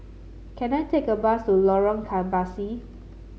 can I take a bus to Lorong Kebasi